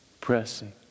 pressing